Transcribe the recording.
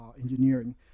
engineering